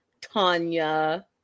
Tanya